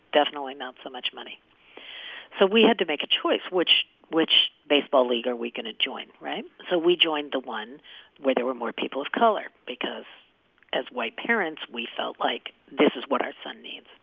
definitely not so much money so we had to make a choice. which which baseball league are we going to join, right? so we joined the one where there were more people of color because as white parents, we felt like, this is what our son needs.